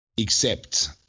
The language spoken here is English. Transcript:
accept